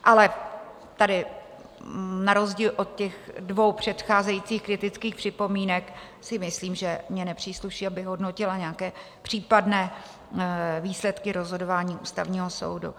Ale tady na rozdíl od dvou předcházejících kritických připomínek si myslím, že mně nepřísluší, abych hodnotila nějaké případné výsledky rozhodování Ústavního soudu.